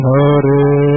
Hare